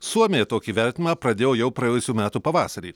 suomija tokį vertinimą pradėjo jau praėjusių metų pavasarį